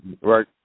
Right